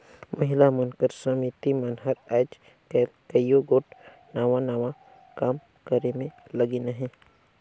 महिला मन कर समिति मन हर आएज काएल कइयो गोट नावा नावा काम करे में लगिन अहें